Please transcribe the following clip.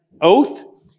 oath